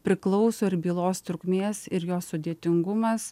priklauso ir bylos trukmės ir jos sudėtingumas